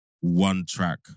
one-track